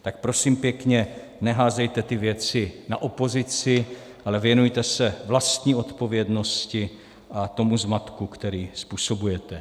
Tak prosím pěkně, neházejte ty věci na opozici, ale věnujte se vlastní odpovědnosti a tomu zmatku, který způsobujete.